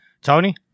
Tony